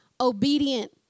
obedient